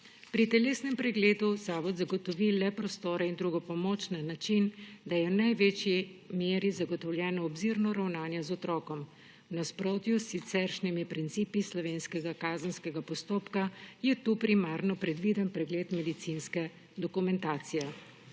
Pri telesnem pregledu zavod zagotovi le prostore in drugo pomoč na način, da je v največji meri zagotovljeno obzirno ravnanje z otrokom. V nasprotju s siceršnjimi principi slovenskega kazenskega postopka je tu primarno predviden pregled medicinske dokumentacije.